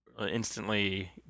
instantly